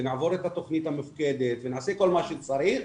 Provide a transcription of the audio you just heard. ונעבור את התכנית המופקדת ונעשה את כל מה שצריך,